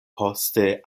poste